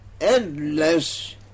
endless